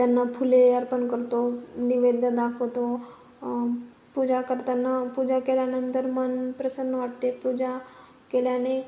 त्यांना फुले अर्पण करतो नैवैद्य दाखवतो पूजा करताना पूजा केल्यानंतर मन प्रसन्न वाटते पूजा केल्याने